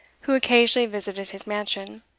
who occasionally visited his mansion